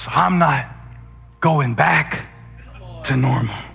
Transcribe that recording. um not going back to normal.